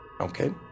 Okay